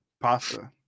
pasta